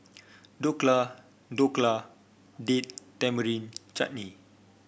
Dhokla Dhokla Date Tamarind Chutney